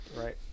Right